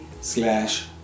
slash